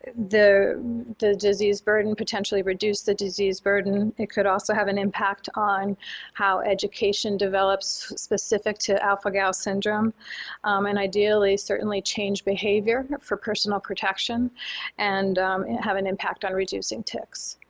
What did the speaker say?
the the disease burden potentially reduce the disease burden. it could also have an impact on how education develops specific to alpha-gal syndrome and ideally certainly change behavior for personal protection and have an impact on reducing ticks.